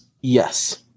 Yes